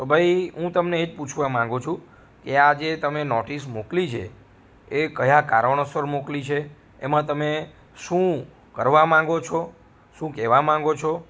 તો ભાઈ હું તમને એ પૂછવા માંગું છું એ આ જે તમે નોટિસ મોકલી છે એ કયા કારણોસર મોકલી છે એમા તમે શું કરવા માંગો છો શું કહેવા માંગો છો